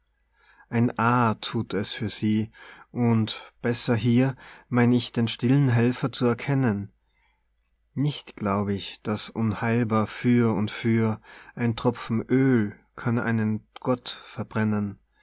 ein aar thut es für sie und besser hier mein ich den stillen helfer zu erkennen nicht glaub ich daß unheilbar für und für ein tropfen oel kann einen gott verbrennen